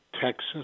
texas